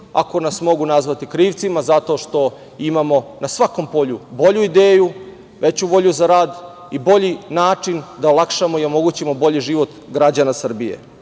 ako nas mogu nazvati krivcima zato što imamo na svakom polju bolju ideju, veću volju za rad i bolji način da olakšamo i omogućimo bolji život građana Srbije.